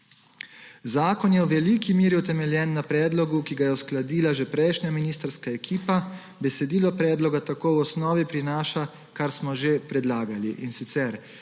Zakon je v veliki meri utemeljen na predlogu, ki ga je uskladila že prejšnja ministrska ekipa. Besedilo predloga tako v osnovi prinaša, kar smo že predlagali,